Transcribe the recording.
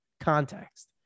context